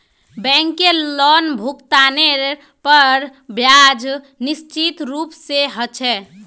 बैंकेर लोनभुगतानेर पर ब्याज निश्चित रूप से ह छे